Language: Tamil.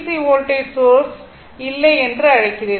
சி வோல்டேஜ் சோர்ஸ் இல்லை என்று அழைக்கிறீர்கள்